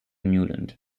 newland